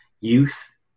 youth